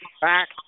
back